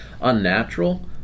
unnatural